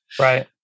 Right